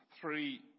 three